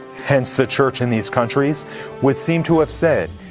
hence the church in these countries would seem to have said,